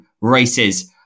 races